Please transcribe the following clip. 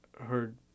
heard